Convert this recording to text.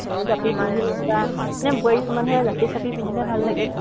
জাপি পিন্ধিলে এতিয়া এনে বোৱাৰী মানুহে জাপি চাপি পিন্ধিলে ভাল লাগে